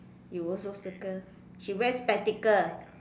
you also circle she wear spectacle